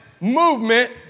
movement